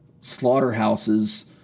slaughterhouses